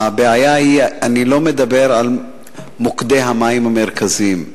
לא מדבר על מוקדי המים המרכזיים.